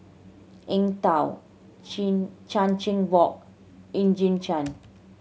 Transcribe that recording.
Eng Tow Chin Chan Chin Bock Eugene Chen